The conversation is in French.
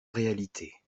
réalité